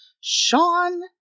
Sean